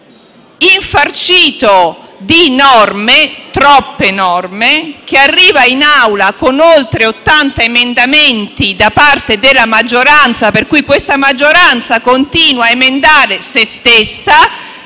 infarcito di troppe norme, che arriva in Aula con oltre 80 emendamenti da parte della maggioranza, che quindi continua a emendare se stessa